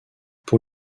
pour